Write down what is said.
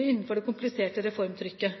innenfor det kompliserte reformtrykket.